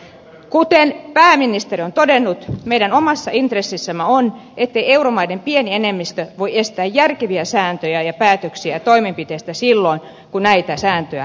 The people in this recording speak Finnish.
kuten pääministeri on todennut meidän omassa intressissämme on ettei euromaiden pieni enemmistö voi estää järkeviä sääntöjä ja päätöksiä toimenpiteistä silloin kun näitä sääntöjä ei noudateta